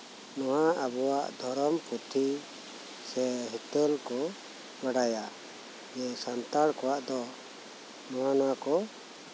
ᱱᱚᱶᱟ ᱟᱵᱚᱣᱟᱜ ᱫᱷᱚᱨᱚᱢ ᱯᱩᱛᱷᱤ ᱥᱮ ᱦᱤᱛᱟᱹᱞ ᱠᱚ ᱵᱟᱲᱟᱭᱟ ᱡᱮ ᱥᱟᱱᱛᱟᱞ ᱠᱚᱣᱟᱜ ᱫᱚ ᱱᱚᱶᱟ ᱱᱚᱶᱟ ᱠᱚ